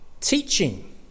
teaching